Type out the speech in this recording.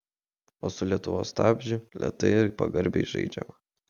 o su lietuvos stabdžiu lėtai ir pagarbiai žaidžiama